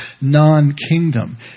non-kingdom